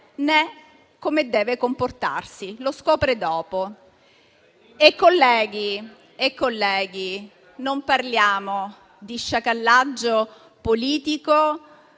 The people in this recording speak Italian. né come deve comportarsi e lo scopre dopo. Colleghi, non parliamo di sciacallaggio politico